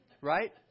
right